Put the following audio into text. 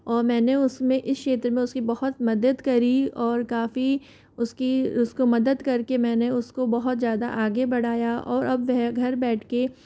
और मैंने उसमे इस क्षेत्र में उसकी बहुत मदद करी और काफ़ी उसकी उसको मदद करके मैंने उसको बहुत ज़्यादा आगे बढ़ाया और अब वह घर बैठके